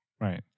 Right